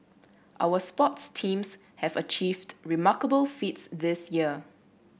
our sports teams have achieved remarkable feats this year